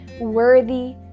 worthy